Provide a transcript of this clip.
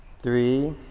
three